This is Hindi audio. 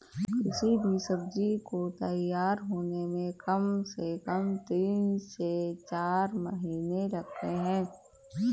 किसी भी सब्जी को तैयार होने में कम से कम तीन से चार महीने लगते हैं